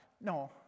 No